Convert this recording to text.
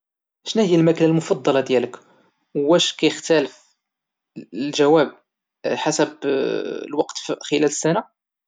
شنوهوا المشروب ديالك المفضل وكيفاش الطريقة باش تصاوبوا؟